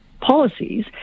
policies